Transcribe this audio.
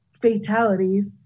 fatalities